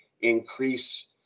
increase